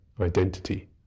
identity